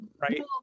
Right